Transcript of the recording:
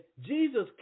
jesus